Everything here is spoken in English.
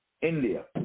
India